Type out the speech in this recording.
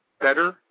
better